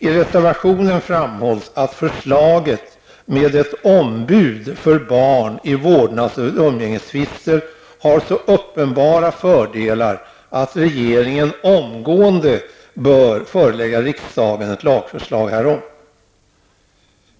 I reservationen framhålles att förslaget med ett ombud för barn i vårdnads och umgängestvister har så uppenbara fördelar att regeringen omgående bör förelägga riksdagen ett lagförslag härom.